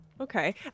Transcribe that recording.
Okay